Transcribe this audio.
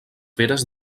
feres